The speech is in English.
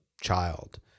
child